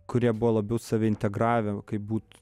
kurie buvo labiau save integravę kaip būt